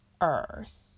Earth